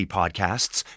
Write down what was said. podcasts